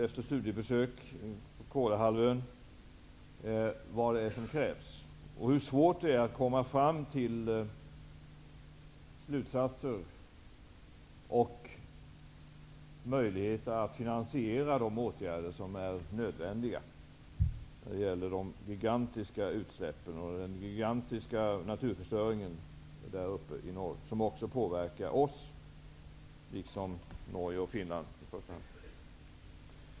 Efter studiebesök på Kolahalvön vet jag vad det är som krävs och hur svårt det är att komma fram till slutsatser och möjligheter att finansiera de åtgärder som är nödvändiga när det gäller de gigantiska utsläppen och den gigantiska naturförstöringen där uppe i norr. Den påverkar även oss, liksom Norge och Finland.